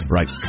Right